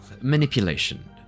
manipulation